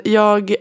jag